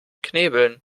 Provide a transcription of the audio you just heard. knebeln